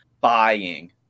buying